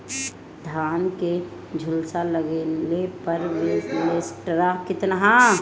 धान के झुलसा लगले पर विलेस्टरा कितना लागी?